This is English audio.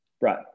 Right